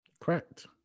correct